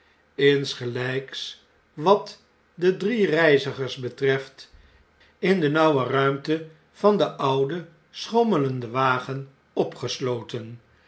insgelps wat de drie reizigers betreft in de nauwe ruimte van den ouden schommelenden wagen opgesloten